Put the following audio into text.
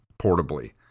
portably